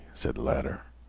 said the latter,